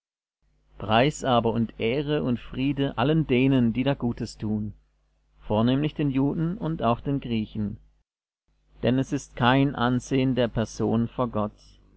preis aber und ehre und friede allen denen die da gutes tun vornehmlich den juden und auch den griechen denn es ist kein ansehen der person vor gott